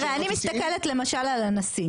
תראה אני מסתכלת למשל על הנשיא,